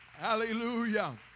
Hallelujah